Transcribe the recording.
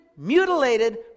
mutilated